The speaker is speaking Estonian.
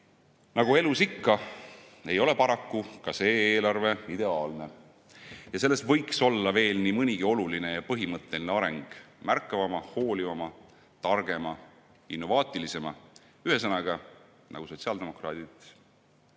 Nagu elus ikka, ei ole paraku ka see eelarve ideaalne. Selles võiks olla veel nii mõnigi oluline ja põhimõtteline areng märkavama, hoolivama, targema, innovaatilisema – ühesõnaga, nagu sotsiaaldemokraadid